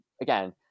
again